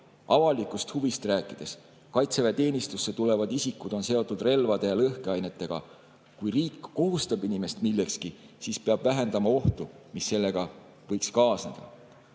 Avalikust huvist rääkides, kaitseväeteenistusse tulevad isikud on seotud relvade ja lõhkeainetega. Kui riik kohustab inimest millekski, siis peab vähendama ohtu, mis sellega võib kaasneda.